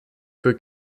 für